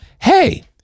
Hey